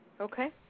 Okay